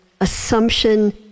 assumption